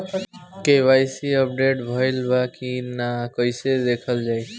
KYC update भइल बा कि ना कइसे देखल जाइ?